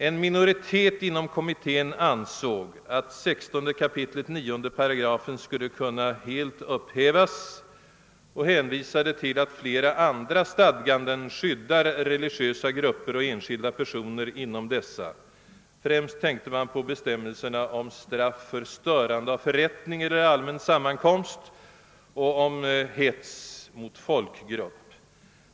En minoritet inom kommittén ansåg att 16 kap. 9 8 skulle kunna helt upphävas och hänvisade till att flera andra stadganden skyddar religiösa grupper och enskilda personer inom «dessa. Främst tänkte man på bestämmelserna om straff för störande av förrättning eller allmän sammankomst och för hets mot folkgrupp.